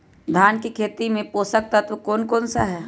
धान की खेती में पोषक तत्व कौन कौन सा है?